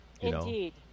Indeed